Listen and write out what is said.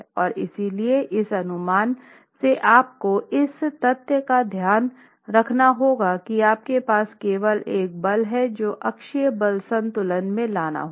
और इसलिए इस अनुमान से आपको इस तथ्य का ध्यान रखना होगा कि आपके पास केवल एक बल है जो अक्षीय बल संतुलन में लाना होगा